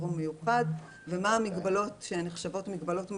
חירום מיוחד ומה המגבלות שנחשבות מגבלות מלאות,